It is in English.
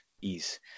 ease